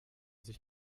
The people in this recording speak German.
sich